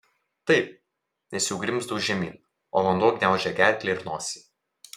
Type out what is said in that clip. taip nes jau grimzdau žemyn o vanduo gniaužė gerklę ir nosį